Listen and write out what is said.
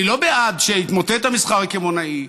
אני לא בעד שיתמוטט המסחר הקמעונאי,